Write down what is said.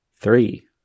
Three